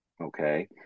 okay